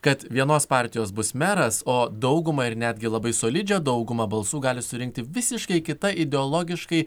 kad vienos partijos bus meras o dauguma ir netgi labai solidžią daugumą balsų gali surinkti visiškai kita ideologiškai